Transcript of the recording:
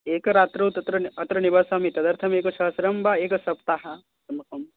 एकरात्रौ तत्र अत्र निवसामि तदर्थम् एकसहस्रं वा एकसप्ताह